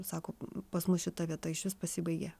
sako pas mus šita vieta išvis pasibaigė